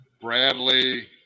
Bradley